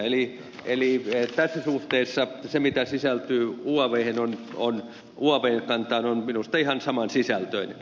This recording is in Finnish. eli tässä suhteessa se mitä sisältyy uavn kantaan on minusta ihan samansisältöinen